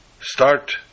start